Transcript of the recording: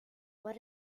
what